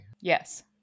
Yes